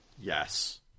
Yes